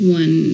one